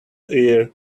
ear